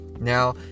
Now